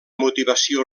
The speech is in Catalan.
motivació